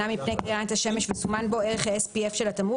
מפני קרינת השמש וסומן בו ערך ה-SPF של התמרוק,